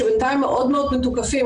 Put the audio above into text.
שבינתיים מאוד מאוד מתוקפים.